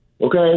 Okay